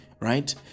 right